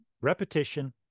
repetition